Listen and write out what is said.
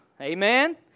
Amen